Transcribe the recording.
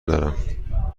دارم